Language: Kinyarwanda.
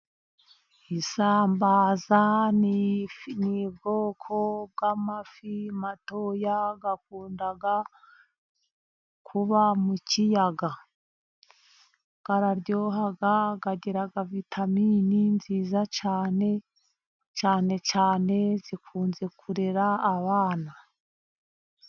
Isambaza ni ubwoko bw'amafi matoya, akunda kuba mu kiyaga. Araryoha agira vitamini nziza cyane. Cyane cyane zikunze kurera abana.